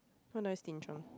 what do I stinge on